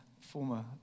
former